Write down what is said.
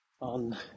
on